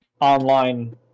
online